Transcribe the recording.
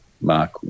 Mark